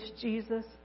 Jesus